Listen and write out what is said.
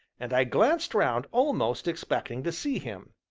and i glanced round almost expecting to see him.